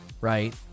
right